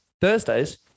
thursdays